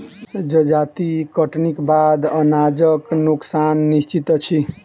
जजाति कटनीक बाद अनाजक नोकसान निश्चित अछि